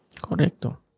Correcto